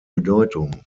bedeutung